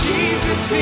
Jesus